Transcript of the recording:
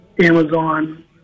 Amazon